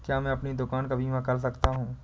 क्या मैं अपनी दुकान का बीमा कर सकता हूँ?